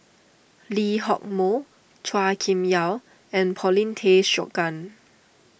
Lee Hock Moh Chua Kim Yeow and Paulin Tay Straughan